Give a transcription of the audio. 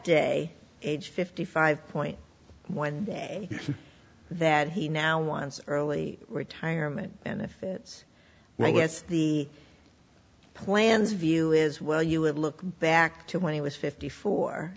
day age fifty five point one day that he now wants early retirement benefits i guess the plans view is well you would look back to when he was fifty four